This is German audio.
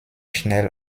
schnell